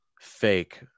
fake